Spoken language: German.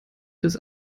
bis